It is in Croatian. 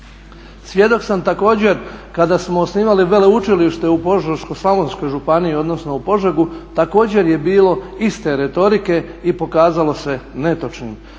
Svjedok sam također kada smo osnivali Veleučilište u Požeško-slavonskoj županiji, odnosno u Požegi, također je bilo iste retorike i pokazalo se netočnim.